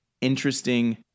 interesting